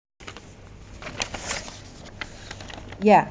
ya